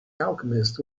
alchemist